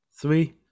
Three